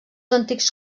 antics